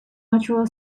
natural